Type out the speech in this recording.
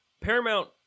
paramount